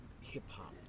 hip-hop